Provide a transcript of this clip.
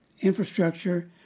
infrastructure